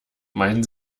meinen